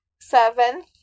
seventh